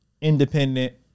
independent